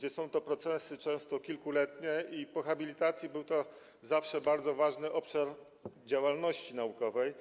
Jest to proces często kilkuletni i po habilitacji był to zawsze bardzo ważny obszar działalności naukowej.